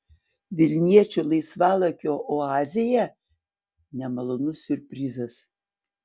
vilniečių laisvalaikio oazėje nemalonus siurprizas